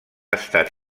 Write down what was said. estat